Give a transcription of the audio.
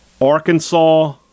Arkansas